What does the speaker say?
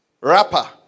Rapper